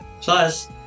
Plus